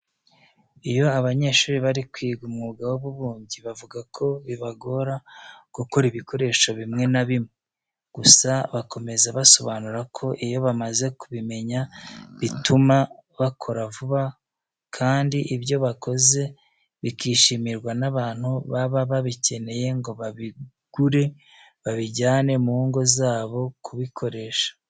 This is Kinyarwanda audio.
Iyo abanyeshuri bari kwiga umwuga w'ububumbyi bavuga ko bibagora gukora ibikoresho bimwe na bimwe. Gusa bakomeza basobanura ko iyo bamaze kubimenya bituma bakora vuba bandi ibyo bakoze bikishimirwa n'abantu baba babikeneye ngo babibure babijyane mu ngo zabo kubikoresha.